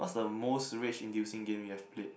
what's the most rage inducing game you've played